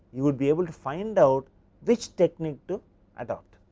you would be able to find out which technique to adopted.